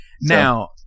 Now